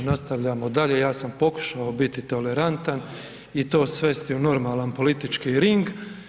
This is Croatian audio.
Nastavljamo dalje, ja sam pokušao biti tolerantan i to svesti u normalan politički ring.